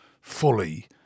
fully